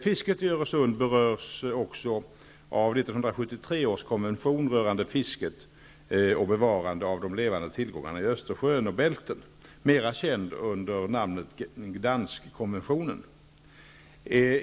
Fisket i Öresund berörs också av 1973 års konvention rörande fisket och bevarandet av de levande tillgångarna i Östersjön och Bälten -- mera känd under namnet Gdansk-konventionen.